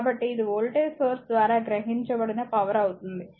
కాబట్టి ఇది voltage source ద్వారా గ్రహించబడిన పవర్ అవుతుంది